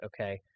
okay